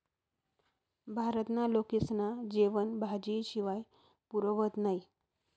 भारतना लोकेस्ना जेवन भाजी शिवाय पुरं व्हतं नही